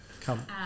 Come